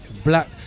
black